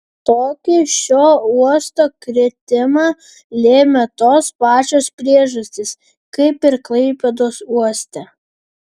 tokį šio uosto kritimą lėmė tos pačios priežastys kaip ir klaipėdos uoste